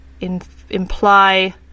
imply